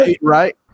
Right